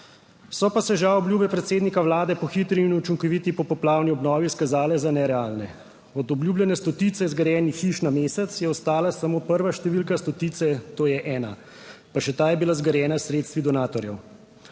So pa se žal, obljube predsednika vlade po hitri in učinkoviti popoplavni obnovi izkazale za nerealne. Od obljubljene stotice zgrajenih hiš na mesec je ostala samo prva številka stotice, to je 1, pa še ta je bila zgrajena s sredstvi donatorjev.